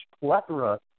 plethora